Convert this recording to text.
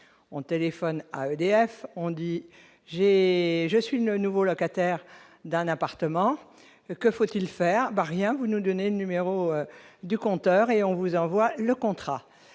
on téléphone à EDF, on dit j'ai je suis ne nouveau locataire d'un appartement que faut-il faire bah rien, vous nous donnez numéro du compteur et on vous envoie le contrat